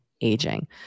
aging